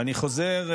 ואני חוזר,